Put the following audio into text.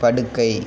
படுக்கை